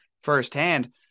firsthand